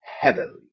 heavily